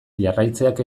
jarraitzeak